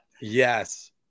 Yes